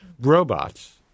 robots